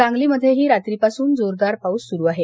सांगलीमध्येही रात्रीपासून जोरदार पाऊस सुरु आहे